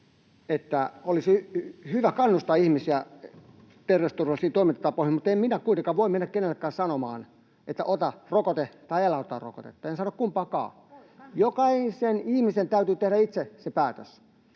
että olisi hyvä kannustaa ihmisiä terveysturvallisiin toimintatapoihin, mutta en minä kuitenkaan voi mennä kenellekään sanomaan, että ota rokote tai älä ota rokotetta. En sano kumpaakaan. [Päivi Räsäsen välihuuto] Jokaisen ihmisen täytyy tehdä itse se päätös.